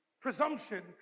presumption